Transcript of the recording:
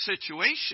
situation